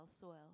soil